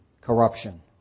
corruption